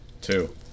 Two